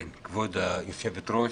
כבוד היו"ר,